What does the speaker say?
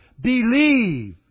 believe